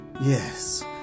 Yes